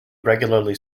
regularly